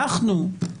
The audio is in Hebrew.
אנחנו,